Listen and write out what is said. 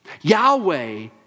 Yahweh